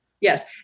Yes